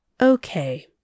Okay